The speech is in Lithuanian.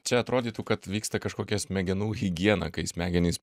čia atrodytų kad vyksta kažkokia smegenų higiena kai smegenys